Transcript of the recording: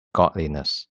godliness